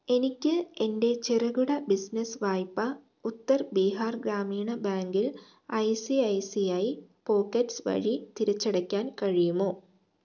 എനിക്ക് എൻ്റെ ചെറുകിട ബിസിനസ്സ് വായ്പ ഉത്തർ ബീഹാർ ഗ്രാമീണ ബാങ്കിൽ I C I C I pockets വഴി തിരിച്ചടയ്ക്കാൻ കഴിയുമോ